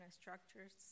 structures